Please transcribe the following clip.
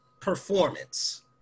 performance